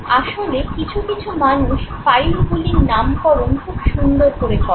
আসলে কিছু কিছু মানুষ ফাইলগুলির নামকরণ খুব সুন্দর করে করেন